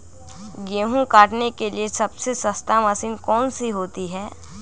गेंहू काटने के लिए सबसे सस्ती मशीन कौन सी होती है?